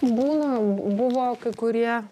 būna buvo kai kurie